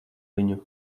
viņu